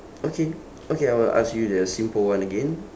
okay okay I will ask you the simple one again